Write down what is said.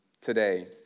today